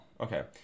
Okay